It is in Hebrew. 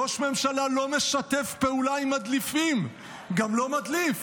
ראש ממשלה לא משתף פעולה עם מדליפים וגם לא מדליף,